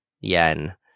yen